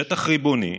שטח ריבוני,